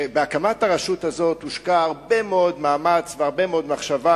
שבהקמת הרשות הזאת הושקעו הרבה מאוד מאמץ והרבה מחשבה,